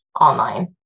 online